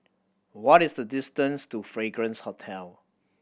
what is the distance to Fragrance Hotel